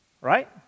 Right